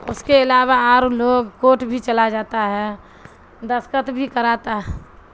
اس کے علاوہ آر لوگ کوٹ بھی چلا جاتا ہے دستخت بھی کراتا ہے